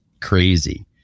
crazy